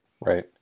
Right